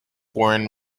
foreign